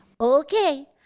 Okay